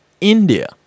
india